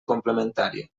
complementària